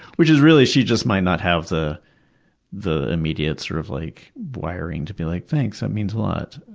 which is really, she just might not have the the immediate sort of like wiring to be like, thanks, that means a lot.